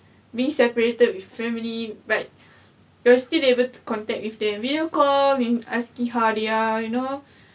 be separated with family but you're still able to contact with them video call with you know